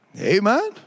Amen